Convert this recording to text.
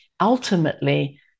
ultimately